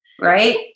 Right